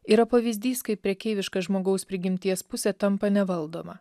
yra pavyzdys kaip prekeiviška žmogaus prigimties pusė tampa nevaldoma